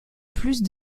plus